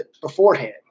beforehand